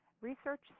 Research